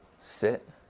sit